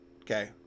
okay